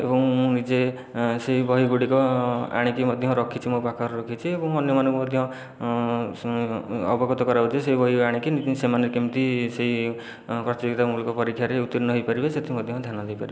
ଏବଂ ମୁଁ ନିଜେ ସେହି ବହିଗୁଡ଼ିକ ଆଣିକି ମଧ୍ୟ ରଖିଛି ମୋ' ପାଖରେ ରଖିଛି ଏବଂ ଅନ୍ୟମାନଙ୍କୁ ମଧ୍ୟ ଅବଗତ କରାଉଛି ସେ ବହି ଆଣିକି ସେମାନେ କେମିତି ସେହି ପ୍ରତିଯୋଗିତାମୂଳକ ପରୀକ୍ଷାରେ ଉତ୍ତୀର୍ଣ୍ଣ ହୋଇପାରିବେ ସେଥି ମଧ୍ୟ ଧ୍ୟାନ ଦେଇପାରିବେ